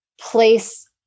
Place